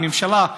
הממשלה,